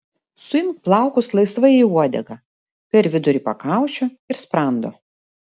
suimk plaukus laisvai į uodegą per vidurį pakaušio ir sprando